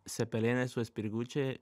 sepelinai su spirgučiai